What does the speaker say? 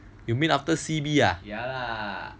you mean after C_B